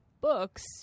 books